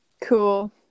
Cool